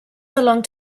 belong